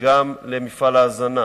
וגם למפעל ההזנה.